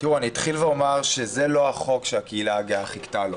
אתחיל ואומר שזה לא החוק שהקהילה הגאה חיכתה לו.